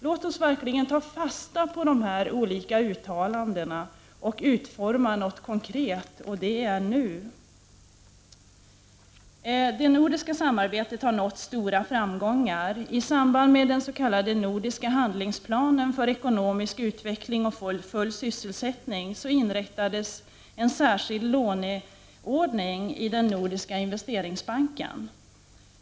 Låt oss verkligen ta fasta på dessa olika uttalanden och utforma något konkret — och det nu. Det nordiska samarbetet har nått stora framgångar. I samband med den s.k. nordiska handlingsplanen för ekonomisk utveckling och full sysselsättning inrättades en särskild låneordning i den Nordiska investeringsbanken.